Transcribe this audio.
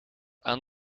aan